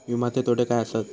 विमाचे तोटे काय आसत?